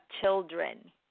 children